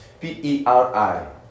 P-E-R-I